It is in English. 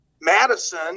Madison